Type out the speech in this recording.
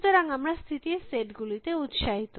সুতরাং আমরা স্থিতির সেট গুলিতে উত্সাহিত